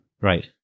Right